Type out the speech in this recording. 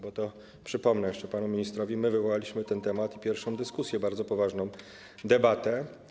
Bo, przypomnę jeszcze panu ministrowi, to my wywołaliśmy ten temat i pierwszą dyskusję, bardzo poważną debatę.